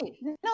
no